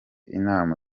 inama